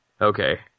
Okay